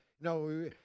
No